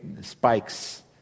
spikes